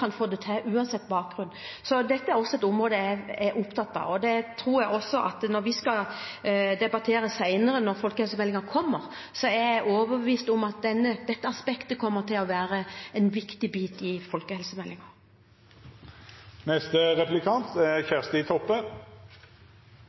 kan få det til uansett bakgrunn. Dette er også et område jeg er opptatt av. Når vi skal debattere senere, når folkehelsemeldingen kommer, er jeg overbevist om at dette aspektet kommer til å være en viktig bit i folkehelsemeldingen. Det vert snakka mykje om eldre og einsemd, men eg vil ta opp ungdom som er